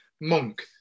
Monk